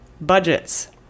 Budgets